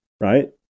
right